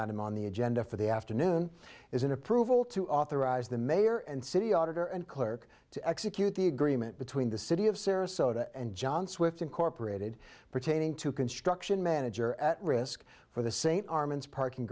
item on the agenda for the afternoon is an approval to authorize the mayor and city auditor and clerk to execute the agreement between the city of sarasota and john swift incorporated pertaining to construction manager at risk for the st armand's parking